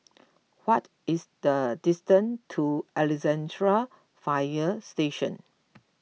what is the distance to Alexandra Fire Station